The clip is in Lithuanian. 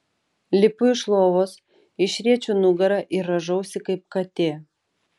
lipu iš lovos išriečiu nugarą ir rąžausi kaip katė